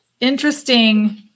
interesting